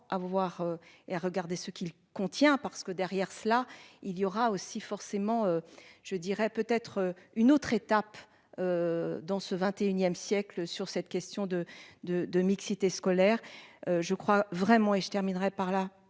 à voir et regarder ce qu'il contient. Parce que derrière cela il y aura aussi forcément je dirais peut être une autre étape. Dans ce XXIe siècles sur cette question de, de, de mixité scolaire, je crois vraiment et je terminerai par là